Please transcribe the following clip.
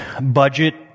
budget